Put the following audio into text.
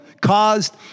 caused